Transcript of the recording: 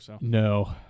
No